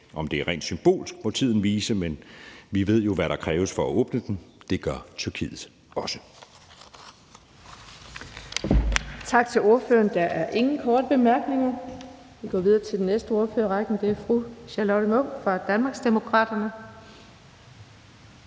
Om det er rent symbolsk, må tiden vise, men vi ved jo, hvad der kræves for at åbne den. Det gør Tyrkiet også.